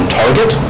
target